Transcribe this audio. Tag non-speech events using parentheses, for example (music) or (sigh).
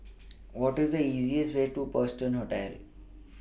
What IS The easiest Way to Preston (unintelligible)